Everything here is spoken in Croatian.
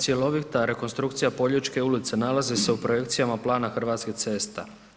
Cjelovita rekonstrukcija Poljičke ulice nalazi se u projekcijama plana Hrvatskih cesta.